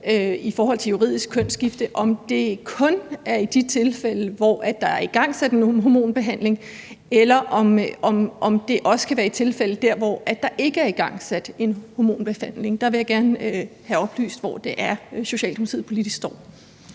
i forhold til juridisk kønsskifte. Er det kun i de tilfælde, hvor der er igangsat en hormonbehandling, eller kan det også være i tilfælde, hvor der ikke er igangsat en hormonbehandling? Jeg vil gerne have oplyst, hvor det er, Socialdemokratiet står politisk der.